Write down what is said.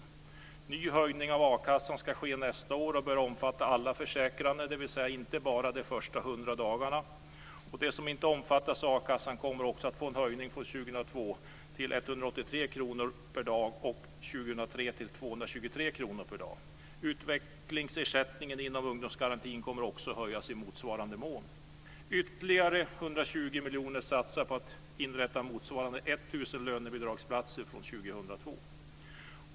En ny höjning av a-kassan ska ske nästa år och bör omfatta alla försäkrade och inte bara gälla de första 100 dagarna. De som inte omfattas av a-kassan kommer också att få en höjning. Det blir en höjning till 183 kr per dag från 2002 och till 223 kr per dag från 2003. Utvecklingsersättningen inom ungdomsgarantin kommer att höjas i motsvarande mån. Ytterligare 120 miljoner satsas på att inrätta motsvarande 1 000 lönebidragsplatser fr.o.m. 2002.